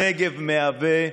הנגב מהווה,